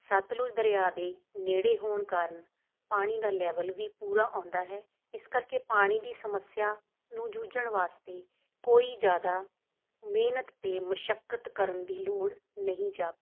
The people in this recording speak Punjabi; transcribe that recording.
ਸਤਲੁਜ ਦਰਿਆ ਦੇ ਨੇੜੇ ਹੋਣ ਕਾਰਨ ਪਾਣੀ ਦਾ ਲੈਵਲ ਵੀ ਪੂਰਾ ਆਉਂਦਾ ਹੈ ਇਸ ਕਰਕੇ ਪਾਣੀ ਦੀ ਸਮੱਸਿਆ ਨੂੰ ਜੂਝਣ ਵਾਸਤੇ ਕੋਈ ਜ਼ਿਆਦਾ ਮਿਹਨਤ ਅਤੇ ਮਸ਼ੱਕਤ ਕਰਨ ਦੀ ਲੋੜ ਨਹੀਂ ਜਾਪਦੀ